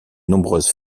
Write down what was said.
nombreuses